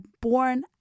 born